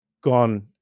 gone